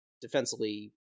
defensively